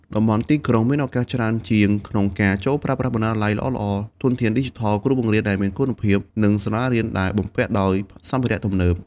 តំបន់ទីក្រុងមានឱកាសច្រើនជាងក្នុងការចូលប្រើប្រាស់បណ្ណាល័យល្អៗ ធនធានឌីជីថល គ្រូបង្រៀនដែលមានគុណភាព និងសាលារៀនដែលបំពាក់ដោយសម្ភារៈទំនើប។